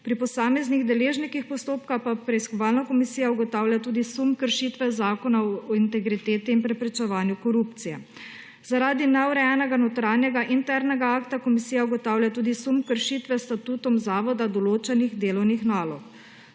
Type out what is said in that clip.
Pri posameznih deležnih postopka pa preiskovalna komisija ugotavlja tudi sum kršitve Zakona o integriteti in preprečevanju korupcije. Zaradi neurejenega notranjega internega akta komisija ugotavlja tudi sum kršitve s statutom zavoda določenih delovnih nalog.